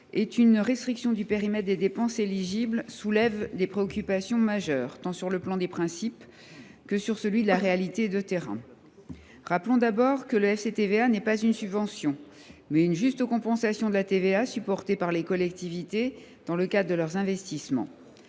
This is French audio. et une restriction du périmètre des dépenses éligibles, soulève des préoccupations majeures tant dans son principe que du point de vue de la réalité de terrain. Rappelons d’abord que le FCTVA n’est pas une subvention, mais une juste compensation de la TVA supportée par les collectivités dans le cadre de leurs investissements.